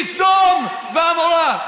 בסדום ועמורה.